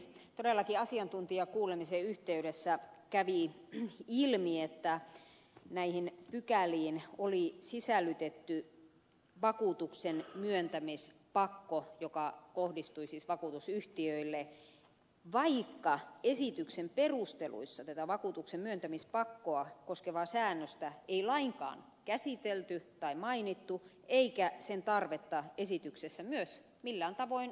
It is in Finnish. todellakin asiantuntijakuulemisen yhteydessä kävi ilmi että näihin pykäliin oli sisällytetty vakuutuksen myöntämispakko joka kohdistui siis vakuutusyhtiöille vaikka esityksen perusteluissa tätä vakuutuksen myöntämispakkoa koskevaa säännöstä ei lainkaan käsitelty tai mainittu eikä sen tarvetta esityksessä myöskään millään tavoin perusteltu